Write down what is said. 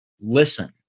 listen